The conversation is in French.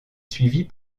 suivie